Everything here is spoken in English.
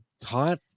taught